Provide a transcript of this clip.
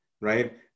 right